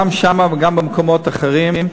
גם שם וגם במקומות אחרים.